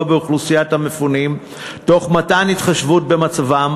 באוכלוסיית המפונים תוך התחשבות במצבם,